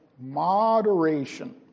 moderation